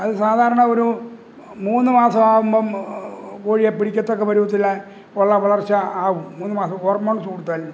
അത് സാധാരണ ഒരു മൂന്ന് മാസം ആകുമ്പം കോഴിയെ പിടിക്കത്തക്ക പരുവത്തിൽ ഉള്ള വളര്ച്ച ആവും മൂന്ന് മാസം ഹോര്മോണ്സ് കൊടുത്താല്